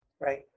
right